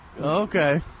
Okay